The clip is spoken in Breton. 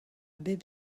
bep